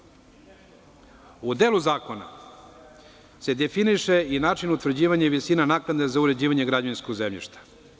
U delu zakona se definiše i način utvrđivanja i visina naknade za uređivanje građevinskog zemljišta.